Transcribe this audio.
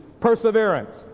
perseverance